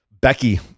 Becky